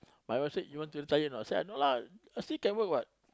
my wife said you want to retire a not I say no lah I still can work what